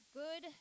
good